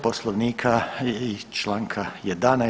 Poslovnika i Članka 11.